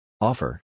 Offer